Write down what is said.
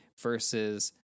versus